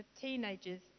teenagers